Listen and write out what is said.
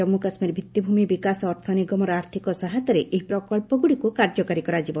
ଜନ୍ମୁ କାଶ୍ମୀର ଭିତ୍ତିଭୂମି ବିକାଶ ଅର୍ଥ ନିଗମର ଆର୍ଥକ ସହାୟତାରେ ଏହି ପ୍ରକଳ୍ପଗ୍ରଡ଼ିକ୍ କାର୍ଯ୍ୟକାରୀ କରାଯିବ